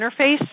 interface